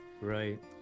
Right